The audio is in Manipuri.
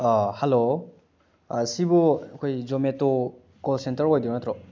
ꯍꯜꯂꯣ ꯁꯤꯕꯨ ꯑꯩꯈꯣꯏ ꯖꯣꯃꯥꯇꯣ ꯀꯣꯜ ꯁꯦꯟꯇꯔ ꯑꯣꯏꯗꯣꯏ ꯅꯠꯇ꯭ꯔꯣ